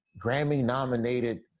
Grammy-nominated